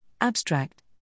Abstract